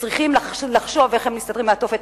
שצריכים לחשוב איך הם מסתתרים מהתופת.